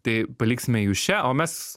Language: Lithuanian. tai paliksime jus čia o mes